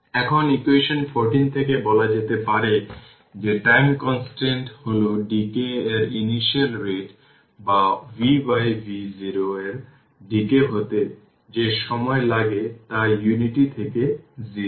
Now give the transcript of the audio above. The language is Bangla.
এখন ইকুয়েশন 14 থেকে বলা যেতে পারে যে টাইম কনস্ট্যান্ট হল ডিকে এর ইনিশিয়াল রেট বা vv0 এর ডিকে হতে যে সময় লাগে তা উনিটি থেকে 0